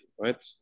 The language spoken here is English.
right